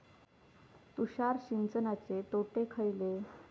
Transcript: तुषार सिंचनाचे तोटे खयले?